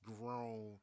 grown